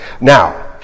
Now